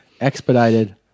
expedited